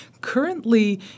Currently